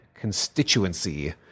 constituency